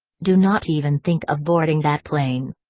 do not even think of boarding that plane.